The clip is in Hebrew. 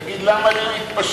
ויגיד: למה לי להתפשר?